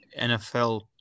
NFL